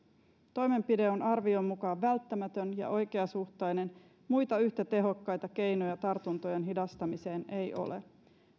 toimenpide on arvion mukaan välttämätön ja oikeasuhtainen muita yhtä tehokkaita keinoja tartuntojen hidastamiseen ei ole